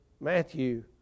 Matthew